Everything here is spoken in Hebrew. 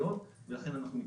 הנוכחיות ולכן אנחנו מתנגדים.